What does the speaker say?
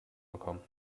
bekommen